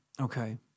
Okay